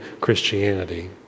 Christianity